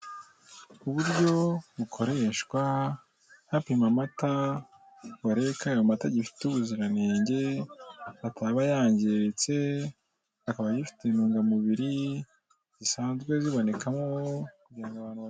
Uburyo bukoreshwa hapimwa amata, ngo barebe ko amata agifite ubuziranenge; ataba yangiritse, akaba agifite intungamubiri, zisanzwe zibonekamo, abantu...